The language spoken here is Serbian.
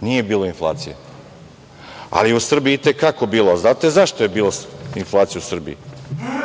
Nije bilo inflacije, ali je u Srbiji i te kako bilo. Znate zašto je bilo inflacije u Srbiji?